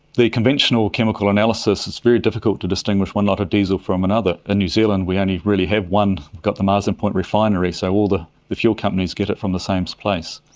the conventional chemical analysis, it's very difficult to distinguish one lot of diesel from another. in new zealand we only really have one, we've got the marsden point refinery, so all the the fuel companies get it from the same place.